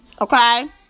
okay